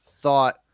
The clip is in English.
thought